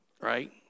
Right